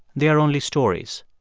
they are only stories.